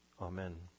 Amen